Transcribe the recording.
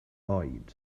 oed